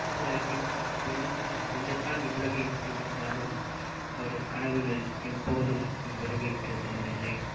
அவர் என் என் என்னதான் இவ்வுலகை விட்டு சென்றாலும் அவரது கனவுகள் எப்போதும் இவ்வுலகை விட்டு செல்வதில்லை